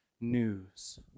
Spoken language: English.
news